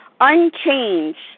unchanged